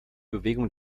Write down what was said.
bewegung